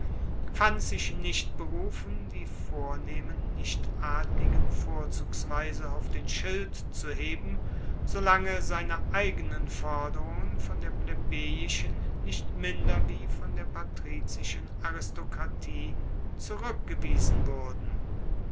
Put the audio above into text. fand sich nicht berufen die vornehmen nichtadligen vorzugsweise auf den schild zu heben solange seine eigenen forderungen von der plebejischen nicht minder wie von der patrizischen aristokratie zurueckgewiesen wurden